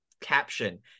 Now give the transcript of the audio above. caption